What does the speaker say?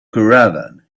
caravan